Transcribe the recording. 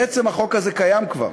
בעצם החוק הזה קיים כבר.